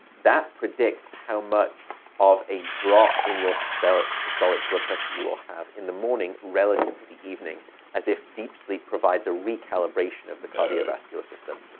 that predicts how much of a drop in your systolic systolic blood pressure you will have in the morning relative to the evening as if deep sleep provides a recalibration of the cardiovascular system.